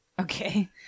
okay